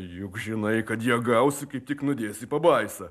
juk žinai kad ją gausi kai tik nudėsi pabaisą